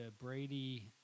Brady